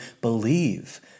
believe